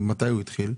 מתי הוא התחיל?